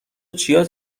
چیا